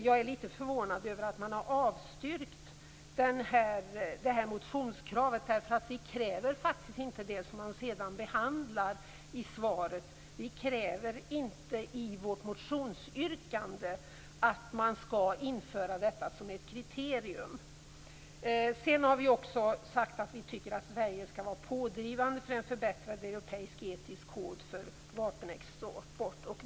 Jag är lite förvånad över att man har avstyrkt motionskravet, därför att vi kräver faktiskt inte det som man sedan behandlar i svaret. Vi kräver inte i vårt motionsyrkande att man skall införa detta som ett kriterium. Vi har också sagt att vi tycker att Sverige skall vara pådrivande för en förbättrad europeisk etisk kod för vapenexport.